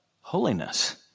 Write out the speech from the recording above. Holiness